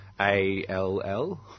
A-L-L